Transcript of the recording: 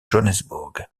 johannesburg